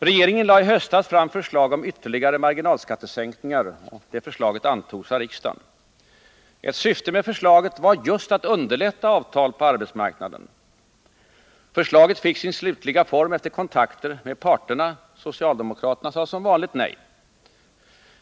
Regeringen lade i höstas fram förslag om ytterligare marginalskattesänkningar. Det antogs av riksdagen. Ett syfte med förslaget var just att underlätta avtal på arbetsmarknaden. Förslaget fick sin slutliga form efter kontakter med parterna. Socialdemokraterna sade som vanligt nej.